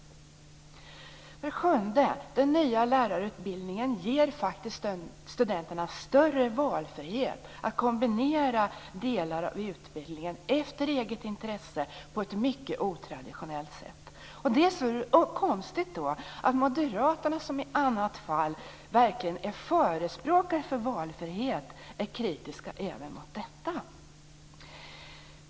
För det sjunde: Den nya lärarutbildningen ger faktiskt studenterna större valfrihet att kombinera olika delar av utbildningen efter eget intresse på ett mycket otraditionellt sätt. Det är då konstigt att moderaterna som i andra fall verkligen är förespråkare för valfrihet är kritiska även mot detta.